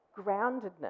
groundedness